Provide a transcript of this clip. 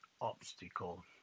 obstacle